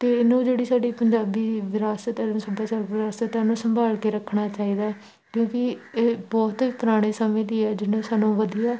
ਅਤੇ ਇਹਨੂੰ ਜਿਹੜੀ ਸਾਡੀ ਪੰਜਾਬੀ ਵਿਰਾਸਤ ਸੱਭਿਆਚਾਰ ਵਿਰਾਸਤ ਹੈ ਉਹਨੂੰ ਸੰਭਾਲ ਕੇ ਰੱਖਣਾ ਚਾਹੀਦਾ ਹੈ ਕਿਉਂਕਿ ਇਹ ਬਹੁਤ ਪੁਰਾਣੇ ਸਮੇਂ ਦੀ ਹੈ ਜਿੰਨੇ ਸਾਨੂੰ ਵਧੀਆ